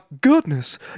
goodness